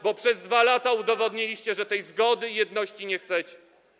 Bo przez 2 lata udowodniliście, że tej zgody i jedności nie chcecie.